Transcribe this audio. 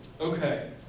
Okay